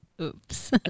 oops